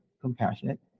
compassionate